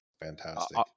Fantastic